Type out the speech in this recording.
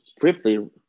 briefly